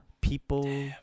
People